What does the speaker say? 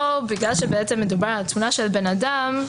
בגלל שמדובר על תמונה של בן אדם,